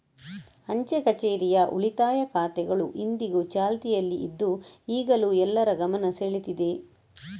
ಅಂಚೆ ಕಛೇರಿಯ ಉಳಿತಾಯ ಖಾತೆಗಳು ಇಂದಿಗೂ ಚಾಲ್ತಿಯಲ್ಲಿ ಇದ್ದು ಈಗಲೂ ಎಲ್ಲರ ಗಮನ ಸೆಳೀತಿದೆ